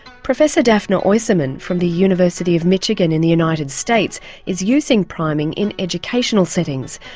professor daphna oyserman from the university of michigan in the united states is using priming in educational settings,